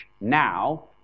now